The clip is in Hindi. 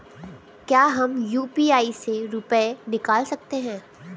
क्या हम यू.पी.आई से रुपये निकाल सकते हैं?